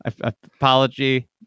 apology